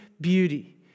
beauty